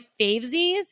favesies